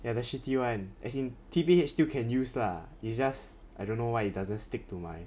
ya the shitty one as in T_B_H still can use lah is just I don't know why doesn't stick to my